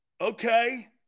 Okay